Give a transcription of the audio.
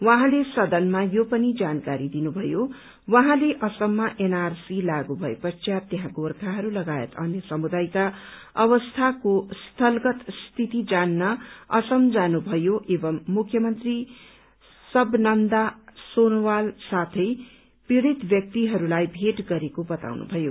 उहाँले सदनमा यो पनि जानकारी दिनु भयो उहाँले असममा एनआरसी लागू भए पश्चात त्यहाँ गोर्खाहरू लगायत अन्य समुदायका अवस्थाको स्थलगत स्थिति जान्न असम जानु भयो एवं मुख्मन्त्री सवनन्दा सोनोवाल साथै पीड़ित व्यक्तिहरूलाई भेट गरेको बातउनु भयो